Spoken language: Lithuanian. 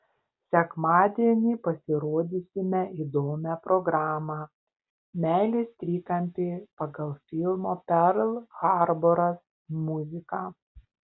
sekmadienį pasirodysime įdomią programą meilės trikampį pagal filmo perl harboras muziką